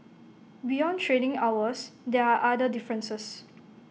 beyond trading hours there are other differences